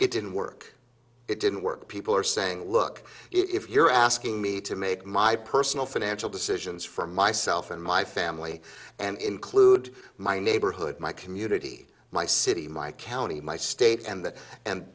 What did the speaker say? it didn't work it didn't work people are saying look if you're asking me to make my personal financial decisions for myself and my family and include my neighborhood my community my city my county my state and that and